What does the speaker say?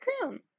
crown